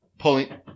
Pulling